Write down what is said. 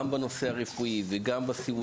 גם בנושא הרפואי וגם בסיעודי.